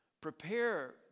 prepare